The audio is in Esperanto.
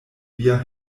via